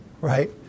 right